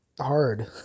hard